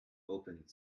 opened